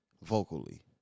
vocally